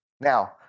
Now